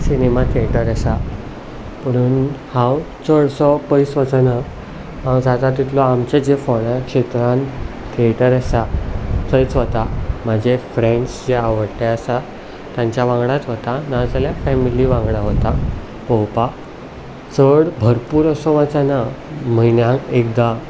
cinema theatre आसा पुणून हांव चडसो पयस वचना हांव जाता तितलो आमचे जे फोंड्या क्षेत्रांत थिएटर आसा थंयच वता म्हाजे फ्रेंड्स जे आवडटे आसा तांच्या वांगडाच वता ना जाल्यार फेमिली वांगडा वता पोवपाक चड भरपूर असो वचना म्हयन्यांक एकदां